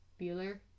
Bueller